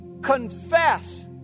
confess